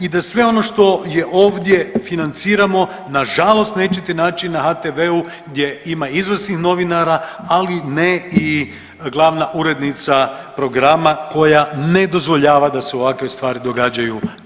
I da sve ono što je ovdje financirano na žalost nećete naći na HTV-u gdje ima izvrsnih novinara, ali nema i glavna urednica programa koja ne dozvoljava da se ovakve stvari događaju na HTV-u.